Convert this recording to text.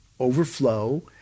overflow